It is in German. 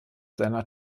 seiner